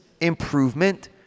improvement